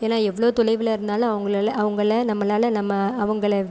ஏன்னால் எவ்வளோ தொலைவில் இருந்தாலும் அவங்களால அவங்கள நம்மளால் நம்ம அவங்கள